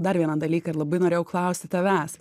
dar vieną dalyką ir labai norėjau klausti tavęs